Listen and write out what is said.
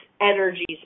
energies